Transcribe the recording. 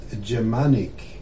Germanic